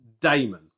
Damon